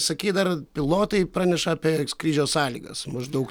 sakei dar pilotai praneša apie skrydžio sąlygas maždaug